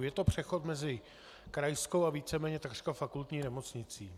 Je to přechod mezi krajskou a víceméně takřka fakultní nemocnicí.